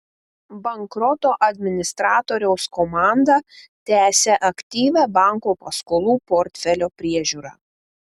bankroto administratoriaus komanda tęsia aktyvią banko paskolų portfelio priežiūrą